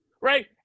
right